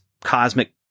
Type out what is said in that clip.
cosmic